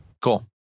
Cool